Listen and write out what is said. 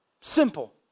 Simple